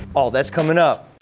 all that's coming up.